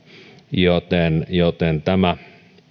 joten joten tämä